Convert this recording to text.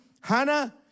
Hannah